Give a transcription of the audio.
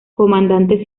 comandante